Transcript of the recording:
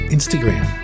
Instagram